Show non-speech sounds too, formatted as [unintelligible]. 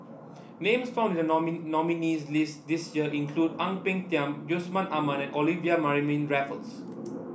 names found in the [unintelligible] nominees' list this year include Ang Peng Tiam Yusman Aman and Olivia Mariamne Raffles